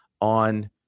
on